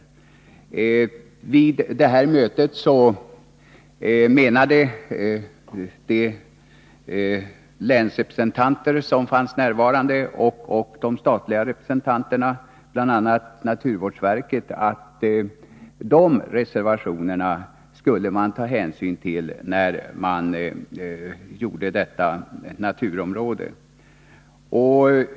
Vid det här mötet ansåg de närvarande länsrepresentanterna och de statliga representanterna, bl.a. från naturvårdsverket, att man skulle ta hänsyn till de här reservationerna när man fattade beslut om detta naturområde.